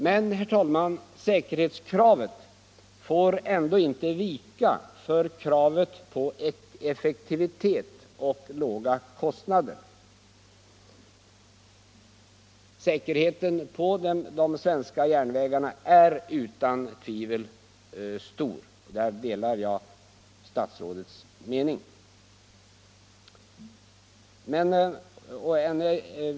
Men, herr talman, säkerhetskravet får inte vika för kravet på effektivitet och låga kostnader. Säkerheten på de svenska järnvägarna är utan tvivel stor. Där delar jag statsrådets mening.